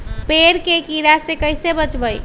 पेड़ के कीड़ा से कैसे बचबई?